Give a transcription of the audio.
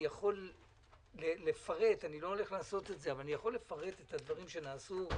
אני יכול לפרט - למרות שאני לא עומד לעשות זאת את הדברים שנעשו.